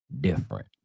different